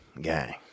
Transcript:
gang